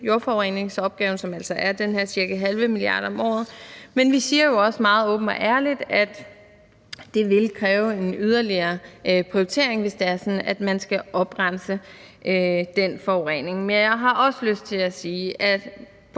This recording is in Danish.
jordforureningsopgaven, som altså er cirka 0,5 mia. kr. om året, men vi siger jo også meget åbent og ærligt, at det vil kræve en yderligere prioritering, hvis det er sådan, at man skal oprense den forurening. Men jeg har også lyst til at sige, at